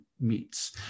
Meets